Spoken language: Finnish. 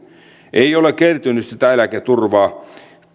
ei ole kertynyt sitä eläketurvaa totta